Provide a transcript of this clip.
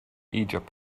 egypt